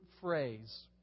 phrase